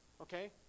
Okay